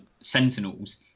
Sentinels